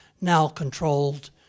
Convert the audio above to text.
now-controlled